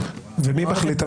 מי בסוף מחליט?